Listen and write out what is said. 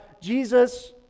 Jesus